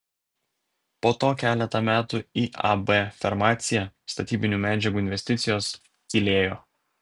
po to keletą metų iab farmacija statybinių medžiagų investicijos tylėjo